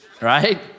right